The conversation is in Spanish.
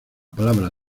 palabra